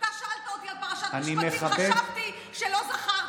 אתה שאלת אותי על פרשת משפטים וחשבתי שלא זכרתי.